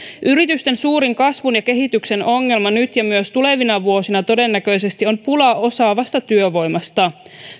yritysten suurin kasvun ja kehityksen ongelma nyt ja myös tulevina vuosina on todennäköisesti pula osaavasta työvoimasta